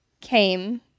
came